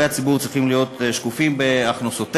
הציבור צריכים להיות שקופים בהכנסותיהם.